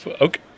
Okay